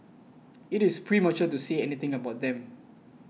it is premature to say anything about them